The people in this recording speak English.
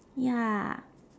ya